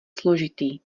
složitý